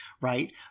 right